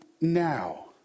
now